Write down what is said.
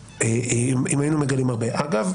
אגב,